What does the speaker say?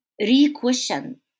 re-question